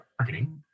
marketing